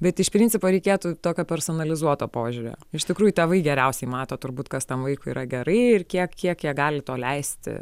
bet iš principo reikėtų tokio personalizuoto požiūrio iš tikrųjų tėvai geriausiai mato turbūt kas tam vaikui yra gerai ir kiek kiek jie gali to leisti